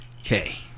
Okay